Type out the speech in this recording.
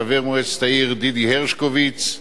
חבר מועצת העיר דידי הרשקוביץ,